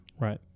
Right